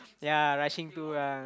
yea rushing to lah